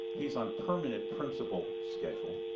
he's on permanent principal schedule.